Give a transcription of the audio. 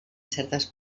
certes